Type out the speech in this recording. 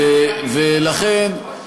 למה חוקקנו כמות ילדים לכיתה בשבוע שעבר?